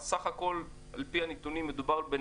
אז סך הכול על פי הנתונים מדובר על בין